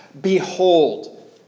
Behold